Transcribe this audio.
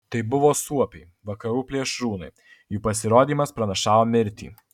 tai buvo suopiai vakarų plėšrūnai jų pasirodymas pranašavo mirtį